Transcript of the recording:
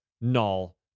null